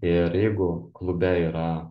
ir jeigu klube yra